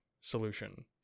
solution